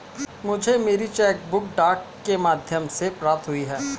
मुझे मेरी cheque book डाक के माध्यम से प्राप्त हुई है